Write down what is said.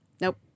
Nope